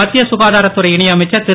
மத்திய ககாதாரத்துறை இணையமைச்சர் திரு